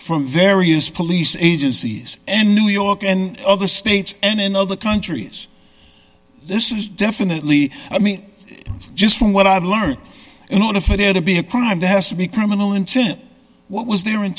from various police agencies and new york and other states and other countries this is definitely i mean just from what i've learned in order for there to be a crime has to be criminal intent what was their in